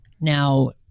Now